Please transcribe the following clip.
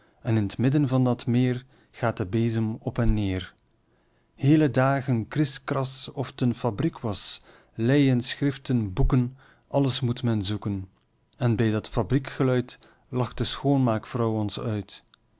en in t midden van dat meer gaat de bezem op en neer pieter louwerse alles zingt heele dagen kris kras of het een fabriek was leien schriften boeken alles moet men zoeken en bij dat fabriekgeluid lacht de schoonmaakvrouw ons uit